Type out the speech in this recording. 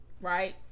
Right